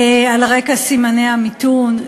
על רקע סימני המיתון,